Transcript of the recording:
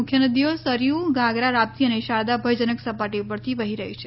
મુખ્ય નદીઓ સરયુ ગાગરા રાપતી અને શારદા ભયજનક સપાટી ઉપરથી વહી રહી છે